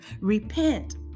Repent